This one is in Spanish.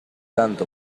tanto